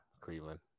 Cleveland